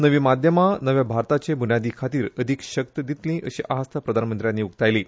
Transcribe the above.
नवीं माध्यमां नव्या भारताचे बुन्यादी खातीर अदीक शक्त दितलीं अशी आस्त प्रधानमंत्र्यांनी उक्तायली